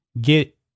get